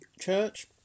church